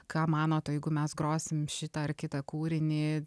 ką manot o jeigu mes grosim šitą ar kitą kūrinį